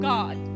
God